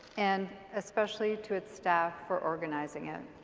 and especially to its staff for organizing it.